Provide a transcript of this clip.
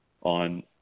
on